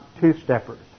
two-steppers